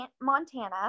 Montana